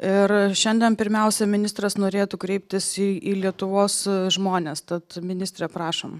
ir šiandien pirmiausia ministras norėtų kreiptis į į lietuvos žmones tad ministre prašom